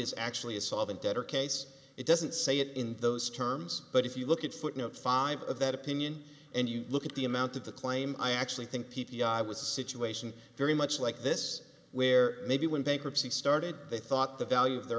is actually a solvent debtor case it doesn't say it in those terms but if you look at footnote five of that opinion and you look at the amount of the claim i actually think p p i was a situation very much like this where maybe when bankruptcy started they thought the value of their